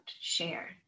share